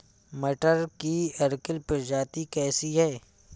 मटर की अर्किल प्रजाति कैसी है?